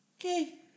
okay